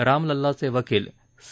रामलल्लाचे वकील सी